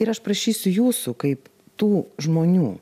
ir aš prašysiu jūsų kaip tų žmonių